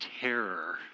terror